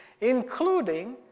including